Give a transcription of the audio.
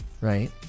right